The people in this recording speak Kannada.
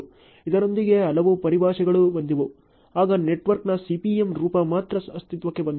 ಇದರೊಂದಿಗೆ ಹಲವು ಪರಿಭಾಷೆಗಳು ಬಂದವು ಆಗ ನೆಟ್ವರ್ಕ್ನ CPM ರೂಪ ಮಾತ್ರ ಅಸ್ತಿತ್ವಕ್ಕೆ ಬಂದಿತು